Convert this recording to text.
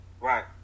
Right